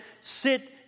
sit